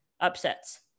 upsets